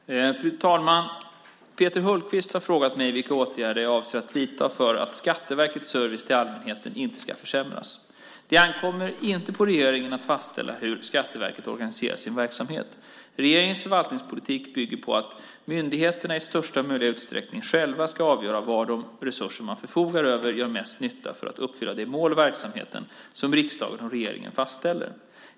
Fru talman! Peter Hultqvist har frågat mig vilka åtgärder jag avser att vidta för att Skatteverkets service till allmänheten inte ska försämras. Det ankommer inte på regeringen att fastställa hur Skatteverket organiserar sin verksamhet. Regeringens förvaltningspolitik bygger på att myndigheterna i största möjliga utsträckning själva ska avgöra var de resurser man förfogar över gör mest nytta för att uppfylla de mål för verksamheten som riksdagen och regeringen fastställer.